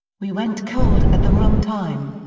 we went cold at the wrong time.